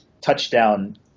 touchdown